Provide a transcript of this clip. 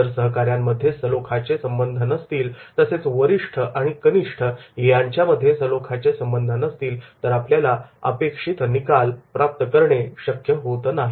जर सहकार्यांमध्ये सलोख्याचे संबंध नसतील तसेच वरिष्ठ आणि कनिष्ठ यांच्यामध्ये सलोख्याचे संबंध नसतील तर आपल्याला अपेक्षित निकाल प्राप्त करणे शक्य होत नाही